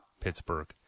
Pittsburgh